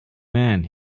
man